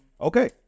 Okay